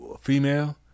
female